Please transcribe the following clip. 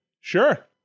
Sure